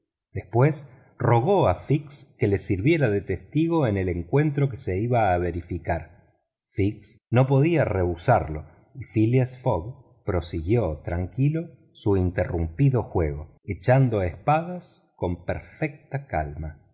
después rogó a fix que le sirviera de testigo en el encuentro que se iba a verificar fix no podía rehusarse y phileas fogg prosiguió tranquilo su interrumpido juego echando espadas con perfecta calma